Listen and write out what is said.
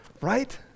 right